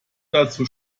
dazu